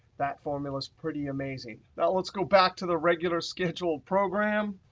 that formula is pretty amazing. now let's go back to the regular scheduled program.